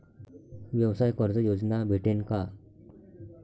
व्यवसाय कर्ज योजना भेटेन का?